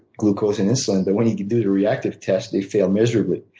glucose and insulin but when you do the reactive test, they fail miserably.